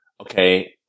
okay